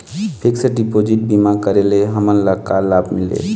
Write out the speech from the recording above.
Fix deposit बीमा करे ले हमनला का लाभ मिलेल?